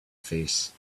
face